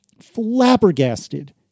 flabbergasted